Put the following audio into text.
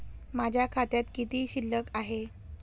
माझ्या खात्यात किती शिल्लक आहे?